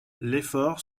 l’effort